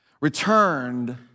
returned